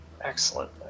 Excellent